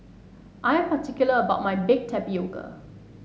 I am particular about my Baked Tapioca